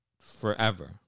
forever